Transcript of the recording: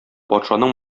патшаның